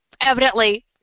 evidently